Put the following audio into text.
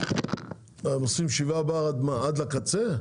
אז הם עושים 7 בר עד לקצה?